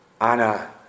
Anna